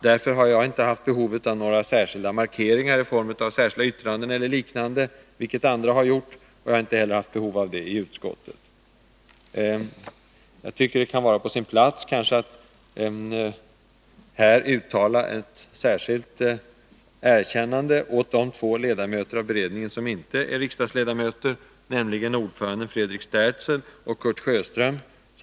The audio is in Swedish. Därför hade jag inte behov av att göra några markeringar i form av särskilda yttranden eller liknande, vilket andra gjorde. Jag har inte heller haft behov av att göra det i utskottsbetänkandet. Jag tycker att det kan vara på sin plats att här uttala ett särskilt erkännande åt de två ledamöter av beredningen som inte är riksdagsledamöter, nämligen ordföranden Fredrik Sterzel och Kurt Sjöström.